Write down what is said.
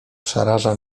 przeraża